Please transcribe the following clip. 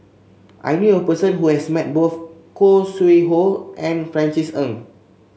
I knew a person who has met both Khoo Sui Hoe and Francis Ng